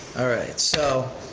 alright, so,